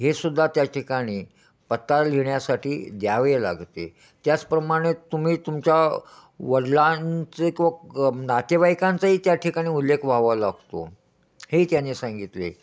हे सुद्धा त्या ठिकाणी पत्ता लिहिण्यासाठी द्यावे लागते त्याचप्रमाणे तुम्ही तुमच्या वडिलांचे किंवा क नातेवाईकांचंही त्या ठिकाणी उल्लेख व्हावा लागतो हे त्याने सांगितले